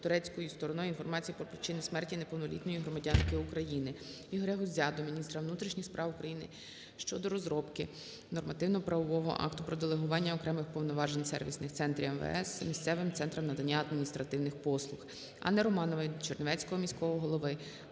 турецькою стороною інформації про причини смерті неповнолітньої громадянки України. Ігоря Гузя до міністра внутрішніх справ України щодо розробки нормативно-правового акту про делегування окремих повноважень сервісних центрів МВС місцевим Центрам надання адміністративних послуг. Анни Романової до Чернігівського міського голови,